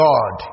God